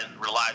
relies